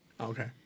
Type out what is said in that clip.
Okay